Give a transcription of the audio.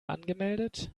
angemeldet